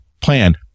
plan